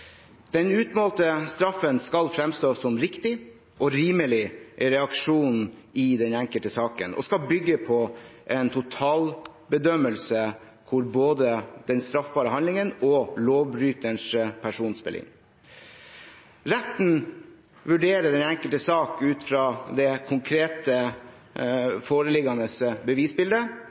Den utmålte straffen skal framstå som en riktig og rimelig reaksjon i den enkelte saken og skal bygge på en totalbedømmelse, hvor både den straffbare handlingen og lovbryterens person spiller inn. Retten vurderer den enkelte sak ut fra det konkrete, foreliggende, bevisbildet.